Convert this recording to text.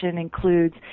includes